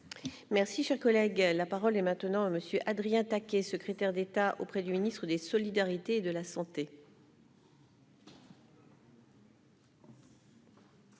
Merci, cher collègue, la parole est maintenant à monsieur Adrien taquet, secrétaire d'État auprès du ministre des solidarités, de la santé.